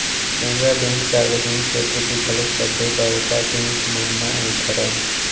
Canara bank सार्वजनिक छेत्र के घलोक सबले बड़का बेंक मन म एक हरय